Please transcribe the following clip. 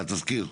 התזכיר.